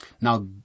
Now